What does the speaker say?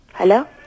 hello